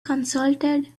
consulted